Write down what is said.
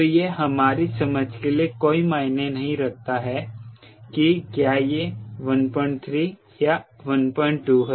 तो यह हमारी समझ के लिए कोई मायने नहीं रखता है कि क्या यह 13 या 12 है